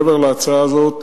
מעבר להצעה הזאת